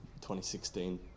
2016